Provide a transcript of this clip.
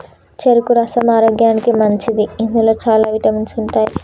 చెరుకు రసం ఆరోగ్యానికి మంచిది ఇందులో చాల విటమిన్స్ ఉంటాయి